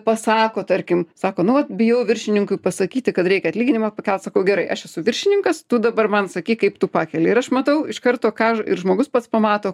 pasako tarkim sako nuolat bijau viršininkui pasakyti kad reikia atlyginimą pakelt sakau gerai aš esu viršininkas tu dabar man sakyk kaip tu pakeli ir aš matau iš karto ką ir žmogus pats pamato